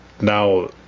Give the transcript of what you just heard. now